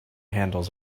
handles